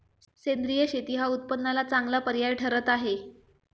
सेंद्रिय शेती हा उत्पन्नाला चांगला पर्याय ठरत आहे